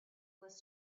was